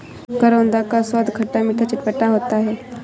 करौंदा का स्वाद खट्टा मीठा चटपटा होता है